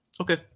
Okay